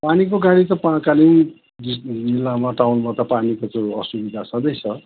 पानीको गाडी त पा कालिम्पोङ डि जिल्लामा टाउनमा त पानीको त्यो असुविधा छँदैछ